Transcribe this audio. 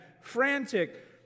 frantic